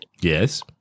Yes